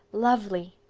lovely,